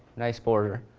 nice border,